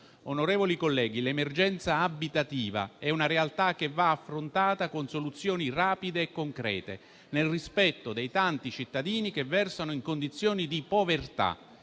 Onorevoli colleghi, l'emergenza abitativa è una realtà che va affrontata con soluzioni rapide e concrete, nel rispetto dei tanti cittadini che versano in condizioni di povertà.